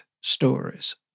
stories